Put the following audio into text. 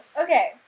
okay